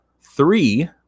three